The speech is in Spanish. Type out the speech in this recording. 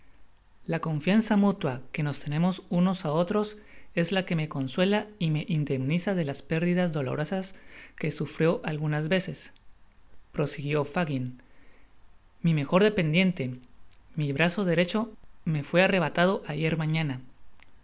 la contianza mutua que nos tenemos unos á otros es la que me consuela y me indemniza de las pérdidas dolorosas que sufrió algunas veces prosiguio fagin mi mejor dependiente m brazo derecho me fué arrebatado ayer mañana